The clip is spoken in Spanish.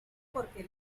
porque